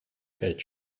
fällt